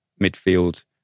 midfield